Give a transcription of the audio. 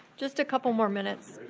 just a couple more minutes,